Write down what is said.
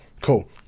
cool